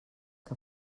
que